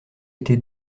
été